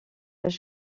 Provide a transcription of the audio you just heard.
elle